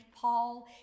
Paul